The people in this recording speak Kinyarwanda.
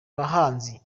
bahanzi